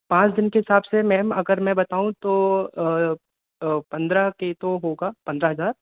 पाँच दिन के हिसाब से मैम मैं अगर बताऊँ तो पंद्रह के तो होगा पंद्रह हज़ार